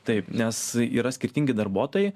taip nes yra skirtingi darbuotojai